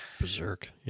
Berserk